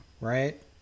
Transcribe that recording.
right